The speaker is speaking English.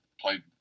played